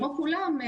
כמו כולם,